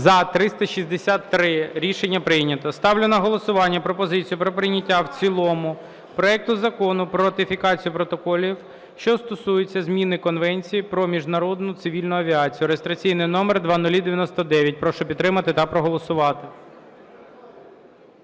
За-363 Рішення прийнято. Ставлю на голосування пропозицію про прийняття в цілому проекту Закону про ратифікацію протоколів, що стосуються зміни Конвенції про міжнародну цивільну авіацію (реєстраційний номер 0099). Прошу підтримати та проголосувати.